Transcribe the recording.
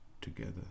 together